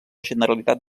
generalitat